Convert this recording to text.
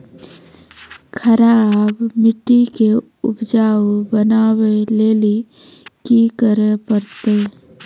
खराब मिट्टी के उपजाऊ बनावे लेली की करे परतै?